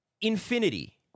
infinity